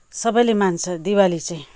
सबैले मान्छ दिवाली चाहिँ